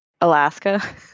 Alaska